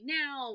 now